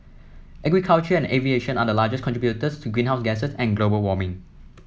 agriculture and aviation are the largest contributors to greenhouse gases and global warming